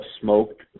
smoked